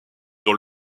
dans